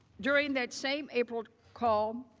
during that same april call,